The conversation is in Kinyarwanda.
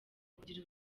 kugira